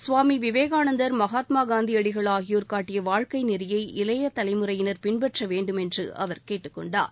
சுவாமி விவேகானந்தர் மகாத்மா காந்தியடிகள் ஆகியோர் காட்டிய வாழ்க்கை நெறியை இளைய தலைமுறையினர் பின்பற்ற வேண்டுமென்று அவர் கேட்டுக் கொண்டார்